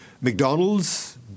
McDonald's